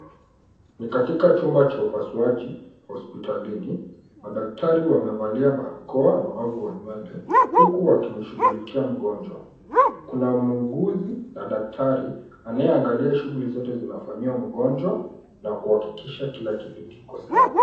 Ni katika chumba cha upasuaji hospitalini. Madaktari wamevalia barakoa na wavu wa nywele, huku wakimshughulikia mgonjwa. Kuna muuguzi na daktari anayeangalia shughuli zote zinafanyiwa mgonjwa, na kuhakikisha kila kitu kiko sawa.